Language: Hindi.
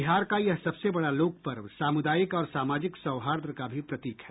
बिहार का ये सबसे बड़ा लोकपर्व सामुदायिक और सामाजिक सौहार्द का भी प्रतीक है